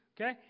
Okay